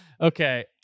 Okay